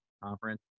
conference